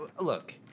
look